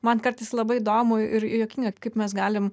man kartais labai įdomu ir juokinga kaip mes galim